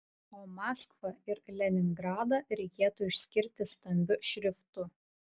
o maskvą ir leningradą reikėtų išskirti stambiu šriftu